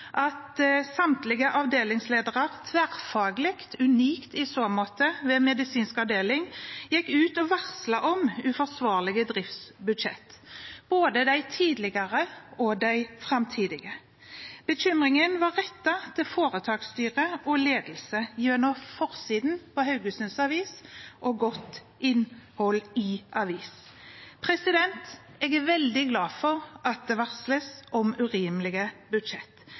at samtlige avdelingsledere tverrfaglig – unikt i så måte – ved medisinsk avdeling gikk ut og varslet om uforsvarlige driftsbudsjett, både de tidligere og de framtidige. Bekymringen var rettet til foretaksstyret og ledelse, gjennom forsiden på Haugesunds Avis og godt innhold i avisen. Jeg er veldig glad for at det varsles om urimelige budsjett.